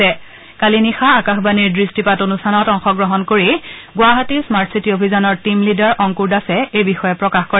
যোৱা নিশা আকাশবাণীৰ দৃট্টিপাত অনুষ্ঠানত অংশগ্ৰহণ কৰি গুৱাহাটী স্মাৰ্ট চিটী অভিযানৰ টীম লিডাৰ অংকুৰ দাসে এই বিষয়ে প্ৰকাশ কৰে